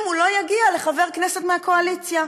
אם הוא לא יגיע לחבר כנסת מהקואליציה.